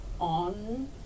on